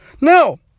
No